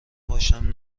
باشم